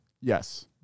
Yes